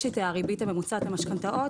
יש את הריבית הממוצעת למשכנתאות,